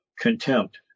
contempt